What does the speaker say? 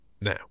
Now